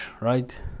right